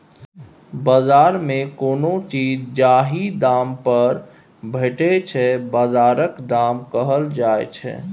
बजार मे कोनो चीज जाहि दाम पर भेटै छै बजारक दाम कहल जाइ छै